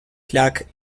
plaques